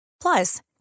Plus